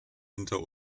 hinter